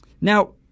Now